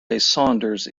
saunders